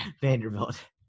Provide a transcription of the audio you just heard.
Vanderbilt